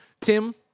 Tim